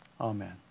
Amen